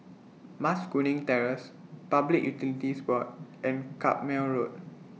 Mas Kuning Terrace Public Utilities Board and Carpmael Road